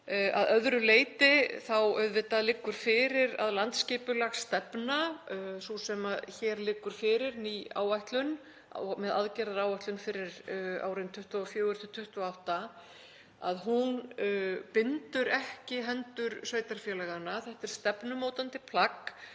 Að öðru leyti liggur fyrir að landsskipulagsstefna sú sem hér liggur fyrir, ný áætlun með aðgerðaáætlun fyrir árin 2024–2028, hún bindur ekki hendur sveitarfélaganna. Þetta er stefnumótandi plagg,